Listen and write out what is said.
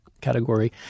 category